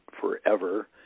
forever